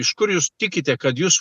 iš kur jūs tikite kad jūs